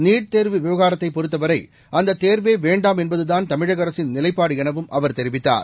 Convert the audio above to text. NEET தேர்வு விவகாரத்தைப் பொறுத்தவரை அந்த தேர்வே வேண்டாம் என்பதுதான் தமிழக அரசின் நிலைப்பாடு எனவும் அவர் தெரிவித்தார்